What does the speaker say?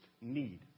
need